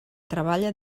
treballa